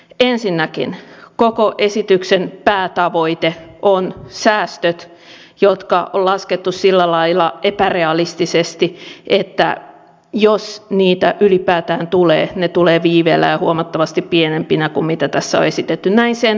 ensinnäkin koko esityksen päätavoite on säästöt jotka on laskettu sillä lailla epärealistisesti että jos niitä ylipäätään tulee ne tulevat viiveellä ja huomattavasti pienempinä kuin mitä tässä on esitetty